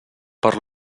per